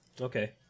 Okay